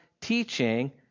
teaching